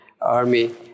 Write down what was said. army